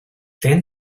then